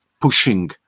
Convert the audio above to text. pushing